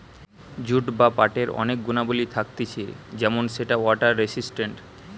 jute বা পাটের অনেক গুণাবলী থাকতিছে যেমন সেটা ওয়াটার রেসিস্টেন্ট